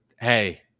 hey